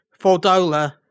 Fordola